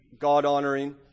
God-honoring